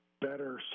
better